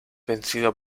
vencido